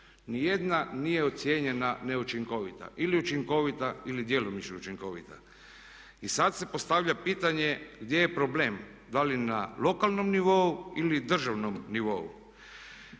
Ni jedna nije ocijenjena neučinkovita ili učinkovita ili djelomično učinkovita. I sad se postavlja pitanje gdje je problem, da li na lokalnom nivou ili državnom nivou.